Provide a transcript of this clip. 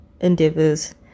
endeavors